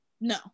no